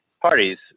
parties